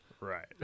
Right